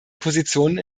positionen